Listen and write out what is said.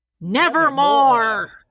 Nevermore